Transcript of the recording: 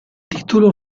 titolo